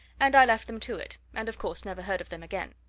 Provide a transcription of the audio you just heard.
and i left them to it and, of course, never heard of them again.